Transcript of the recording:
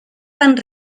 van